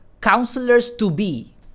counselors-to-be